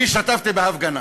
אני השתתפתי בהפגנה.